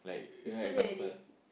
it's too late already